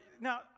now